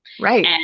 Right